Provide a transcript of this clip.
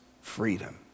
freedom